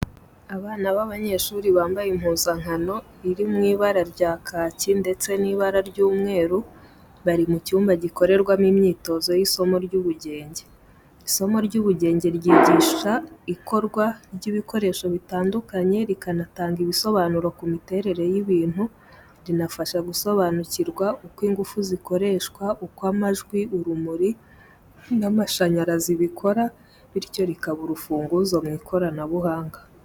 Abana b'abanyeshuri bambaye impuzankano iri mu ibara rya kaki ndetse n'ibara ry'umweru, bari mu cyumba gikorerwamo imyitozo y'isomo ry'ubugenge. Isomo ry'ubugenge ryigisha ikorwa ry’ibikoresho bitandukanye, rikanatanga ibisobanuro ku miterere y’ibintu, rinafasha gusobanukirwa uko ingufu zikoreshwa, uko amajwi, urumuri n’amashanyarazi bikora, bityo rikaba urufunguzo mu ikoranabuhanga.